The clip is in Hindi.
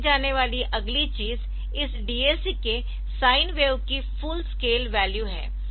तय की जाने वाली अगली चीज इस DAC के साइन वेव की फुल स्केल वैल्यू है